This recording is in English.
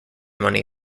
money